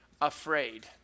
afraid